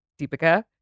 Deepika